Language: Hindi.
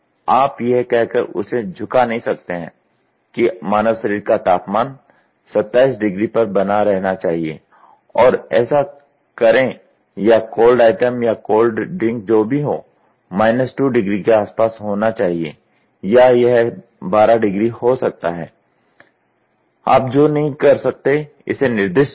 आप यह कहकर उसे झुका नहीं सकते हैं कि मानव शरीर का तापमान 27 डिग्री पर बना रहना चाहिए और ऐसा करें या कोल्ड आइटम या कोल्ड ड्रिंक जो भी हो माइनस 2 डिग्री के आसपास होना चाहिए या यह 12 डिग्री हो सकता है आप जो नहीं कर सकते इसे निर्दिष्ट करें